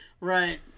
Right